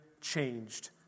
changed